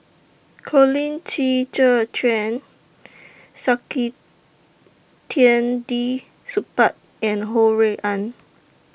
Colin Qi Zhe Quan Saktiandi Supaat and Ho Rui An